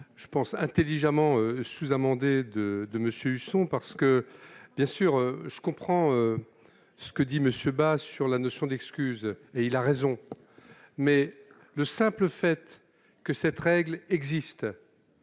je pense intelligemment, sous-amendé de de Monsieur Husson, parce que bien sûr, je comprends ce que dit monsieur sur la notion d'excuses et il a raison, mais le simple fait que cette règle existe